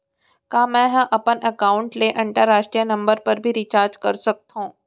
का मै ह अपन एकाउंट ले अंतरराष्ट्रीय नंबर पर भी रिचार्ज कर सकथो